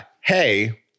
hey